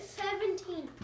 seventeen